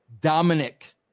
Dominic